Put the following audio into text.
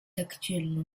actuellement